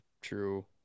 true